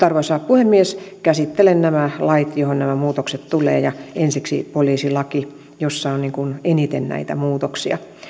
arvoisa puhemies käsittelen nämä lait joihin nämä muutokset tulevat ja ensiksi poliisilaki jossa on eniten näitä muutoksia